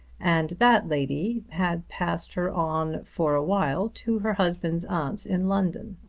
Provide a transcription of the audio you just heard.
and that lady had passed her on for a while to her husband's aunt in london.